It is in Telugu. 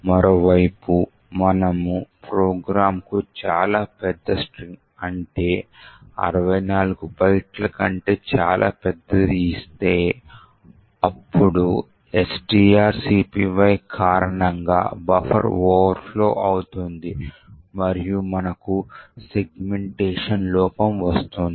మరోవైపు మనము ప్రోగ్రామ్కు చాలా పెద్ద స్ట్రింగ్ అంటే 64 బైట్ల కంటే చాలా పెద్దది ఇస్తే అప్పుడు strcpy కారణంగా బఫర్ ఓవర్ ఫ్లో అవుతుంది మరియు మనకు సెగ్మెంటషన్ లోపం వస్తుంది